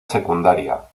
secundaria